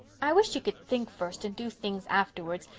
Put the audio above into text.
i wish you could think first and do things afterwards,